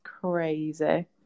Crazy